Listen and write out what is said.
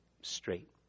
straight